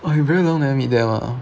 !wah! you very long never meet them ah